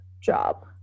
job